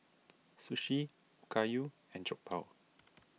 Sushi Okayu and Jokbal